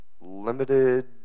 limited